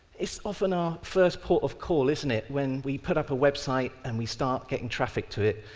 it's often our first port of call, isn't it, when we put up a website and we start getting traffic to it,